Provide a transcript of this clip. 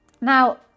Now